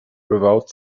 without